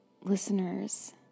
listeners